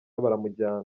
baramujyana